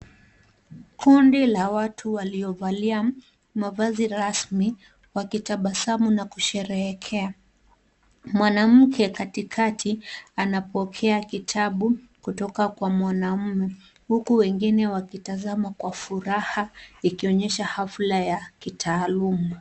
Kundi la watu waliovalia mavazi rasmi wakitabasamu na kusherehekea. Mwanamke katikati anapokea kitabu kutoka kwa mwanaume, huku wengine wakitazama kwa furaha, ikionyesha hafla ya kitaaluma.